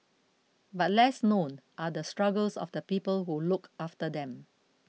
but less known are the struggles of the people who look after them